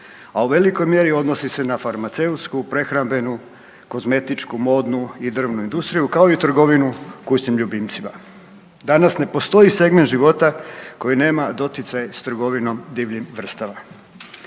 a u velikoj mjeri odnosi se na farmaceutsku, prehrambenu, kozmetičku, modnu i drvnu industriju kao i trgovinu kućnim ljubimcima. Danas ne postoji segment života koji nema doticaj s trgovinom divljim vrstama.